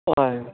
हय